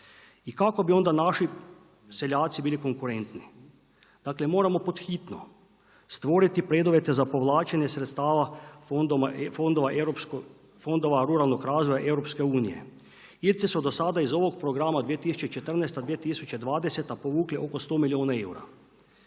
I kako bi onda naši seljaci bili konkurentni? Dakle, moramo pod hitno stvoriti preduvjete za povlačenje sredstava fondova ruralnog razvoja EU-a. Irci su dosada iz ovog programa 2014.-2020. povukli oko 100 milijuna eura.